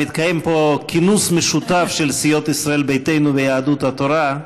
מתקיים פה כינוס משותף של סיעות ישראל ביתנו ויהדות התורה,